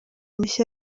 mishya